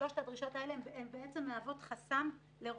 שלושת הדרישות האלה הן מהוות חסם לרוב